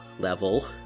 level